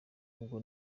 ubwo